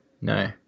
No